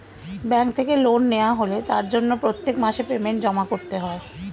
bank থেকে loan নেওয়া হলে তার জন্য প্রত্যেক মাসে পেমেন্ট জমা করতে হয়